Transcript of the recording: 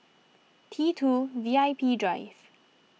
T two VIP Drive